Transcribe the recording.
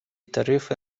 тарифи